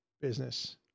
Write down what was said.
business